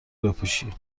بپوشی